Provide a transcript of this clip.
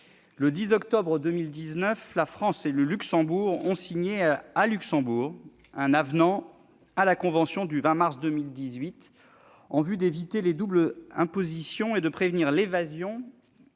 le 10 octobre 2019, la France et le Luxembourg ont signé à Luxembourg un avenant à la convention du 20 mars 2018 en vue d'éviter les doubles impositions et de prévenir l'évasion